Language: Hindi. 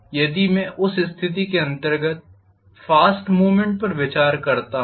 यदि मैं उस स्थिति के अंतर्गत फास्ट मूव्मेंट पर विचार करता हूं